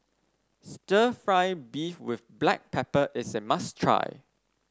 stir fry beef with Black Pepper is a must try